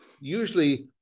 usually